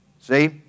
See